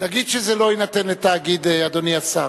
נגיד שזה לא יינתן לתאגיד, אדוני השר?